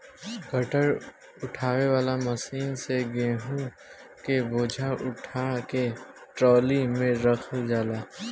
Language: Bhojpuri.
गट्ठर उठावे वाला मशीन से गेंहू क बोझा उठा के टाली में रखल जाला